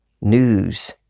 news